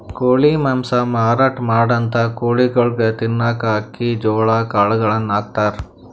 ಕೋಳಿ ಮಾಂಸ ಮಾರಾಟ್ ಮಾಡಂಥ ಕೋಳಿಗೊಳಿಗ್ ತಿನ್ನಕ್ಕ್ ಅಕ್ಕಿ ಜೋಳಾ ಕಾಳುಗಳನ್ನ ಹಾಕ್ತಾರ್